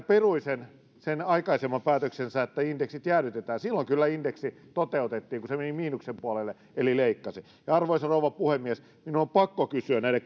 perui sen sen aikaisemman päätöksensä että indeksit jäädytetään silloin kyllä indeksi toteutettiin kun se meni miinuksen puolelle eli leikkasi arvoisa rouva puhemies minun on pakko kysyä näiden